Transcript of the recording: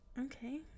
okay